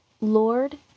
Lord